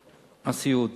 הסיעוד.